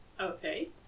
Okay